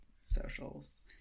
socials